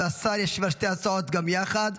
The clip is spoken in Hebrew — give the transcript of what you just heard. והשר ישיב על שתי ההצעות גם יחד.